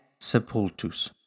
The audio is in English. sepultus